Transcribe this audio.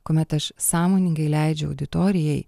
kuomet aš sąmoningai leidžiu auditorijai